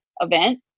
event